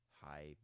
high